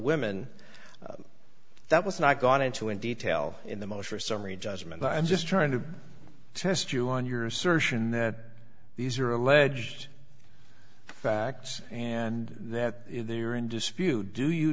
women that was not gone into in detail in the mosher summary judgment i'm just trying to test you on your assertion that these are alleged facts and that they are in dispute do you